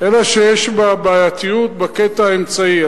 שיש בה בעייתיות בקטע האמצעי.